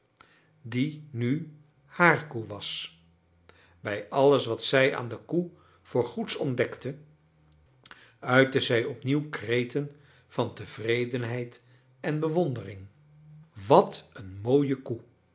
die nu haar koe was bij alles wat zij aan de koe voor goeds ontdekte uitte zij opnieuw kreten van tevredenheid en bewondering wat een mooie koe